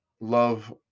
love